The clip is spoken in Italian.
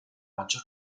maggior